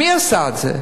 מי עשה את זה?